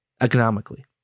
economically